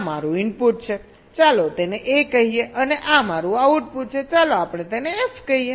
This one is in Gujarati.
આ મારું ઇનપુટ છે ચાલો તેને A કહીએ અને આ મારું આઉટપુટ છે ચાલો આપણે તેને f કહીએ